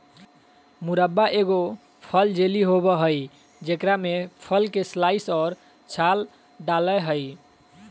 मुरब्बा एगो फल जेली होबय हइ जेकरा में फल के स्लाइस और छाल डालय हइ